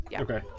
okay